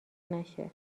نشه